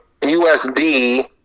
USD